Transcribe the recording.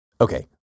Okay